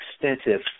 extensive